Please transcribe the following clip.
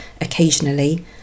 occasionally